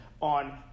on